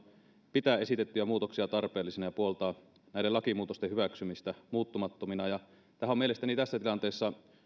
pitää esitettyjä muutoksia tarpeellisina ja puoltaa näiden lakimuutosten hyväksymistä muuttamattomina tähän on mielestäni tässä tilanteessa